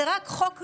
זה רק חוק ראשון,